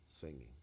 singing